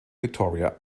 victoria